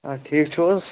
آ ٹھیٖک چھُو حظ